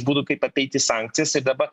būdų kaip apeiti sankcijas ir dabar